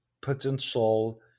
potential